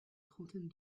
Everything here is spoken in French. trentaine